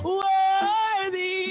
worthy